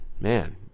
man